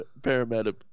paramedic